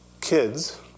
kids